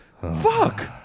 fuck